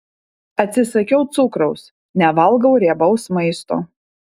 atsisakiau cukraus nevalgau riebaus maisto